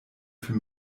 für